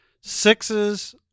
Sixes